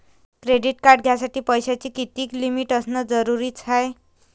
Credit card घ्यासाठी पैशाची कितीक लिमिट असनं जरुरीच हाय?